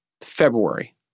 February